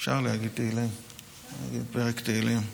אפשר להגיד פרק תהילים: